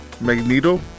Magneto